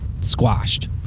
squashed